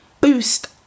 boost